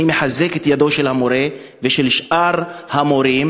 אני מחזק את ידם של המורה ושל שאר המורים